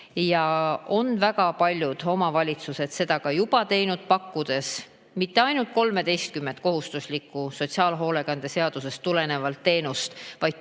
koht. Väga paljud omavalitsused on seda ka juba teinud, pakkudes mitte ainult 13 kohustuslikku sotsiaalhoolekande seadusest tulenevat teenust, vaid